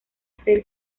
ser